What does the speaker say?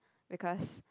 because